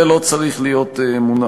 זה לא צריך להיות מונח.